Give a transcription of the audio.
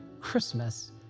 Christmas